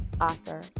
Author